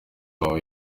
wawe